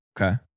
Okay